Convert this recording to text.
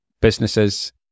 businesses